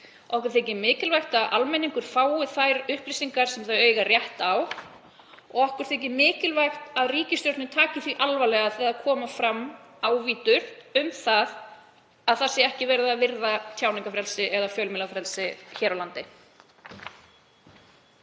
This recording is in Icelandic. Okkur þykir mikilvægt að almenningur fái þær upplýsingar sem hann á rétt á. Og okkur þykir mikilvægt að ríkisstjórnin taki því alvarlega þegar fram koma ábendingar um að ekki sé verið að virða tjáningarfrelsi eða fjölmiðlafrelsi hér á landi.